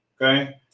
okay